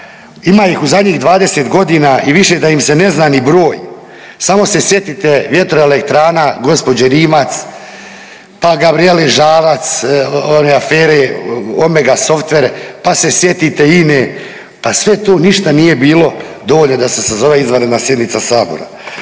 ima ih u zadnjih 20.g. i više da im se ne zna ni broj. Samo se sjetite vjetroelektrana gđe. Rimac, pa Gabrijele Žalac, one afere Omega softver, pa se sjetite INA-e, pa sve to ništa nije bilo dovoljno da se sazove izvanredna sjednica sabora.